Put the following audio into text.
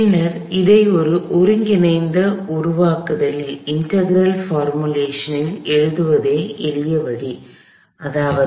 பின்னர் இதை ஒரு ஒருங்கிணைந்த உருவாக்கத்தில் எழுதுவதே எளிய வழி அதாவது